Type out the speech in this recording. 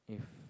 if